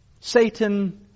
Satan